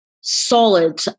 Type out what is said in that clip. solid